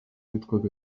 yitwaga